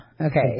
Okay